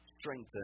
strengthen